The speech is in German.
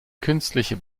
künstliche